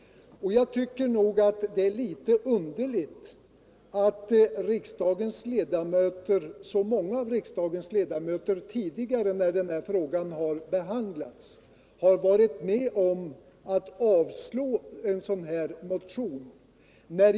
Jag tycker att det är litet underligt att så många av riksdagens ledamöter när denna fråga tidigare har behandlats varit med om att avslå det aktuella motionskravet.